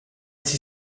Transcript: sie